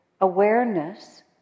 awareness